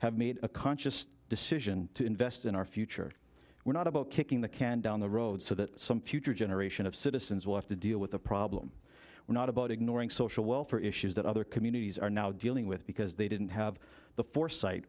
have made a conscious decision to invest in our future we're not about kicking the can down the road so that some future generation of citizens will have to deal with the problem we're not about ignoring social welfare issues that other communities are now dealing with because they didn't have the foresight